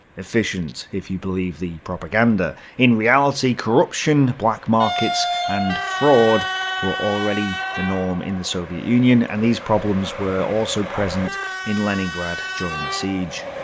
efficient, if you believe the propaganda. in reality, corruption, black-markets and fraud were already the norm in the soviet union, and these problems were also present in leningrad during the siege.